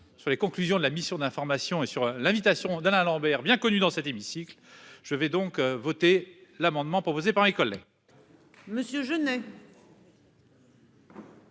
sur les conclusions de la mission d'information et sur l'invitation d'Alain Lambert bien connu dans cet hémicycle. Je vais donc voter l'amendement proposé par collègues. Monsieur ai.